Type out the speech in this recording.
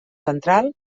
central